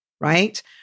right